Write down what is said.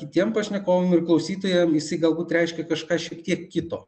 kitiem pašnekovam ir klausytojam jisai galbūt reiškia kažką šiek tiek kito